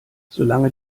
solange